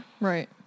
Right